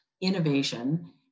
innovation